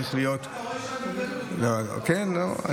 נכון, אתה רואה שאני גלוי, לא מסתיר דברים.